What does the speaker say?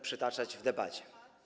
przytaczać w debacie.